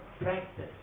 Practice